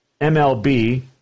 MLB